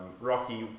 Rocky